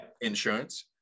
insurance